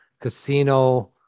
casino